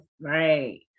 right